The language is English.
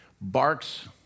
barks